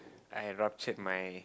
I have ruptured my